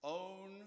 own